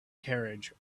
carriage